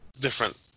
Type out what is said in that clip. different